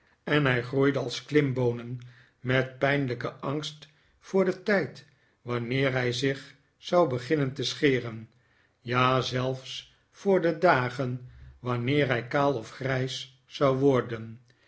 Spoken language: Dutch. en hij groeide als klimboonen met pijnlijken angst voor den tijd wanneer hij zich zou beginnen te scheren ja zelfs voor de dagen wanneer hij kaal of grijs zou worden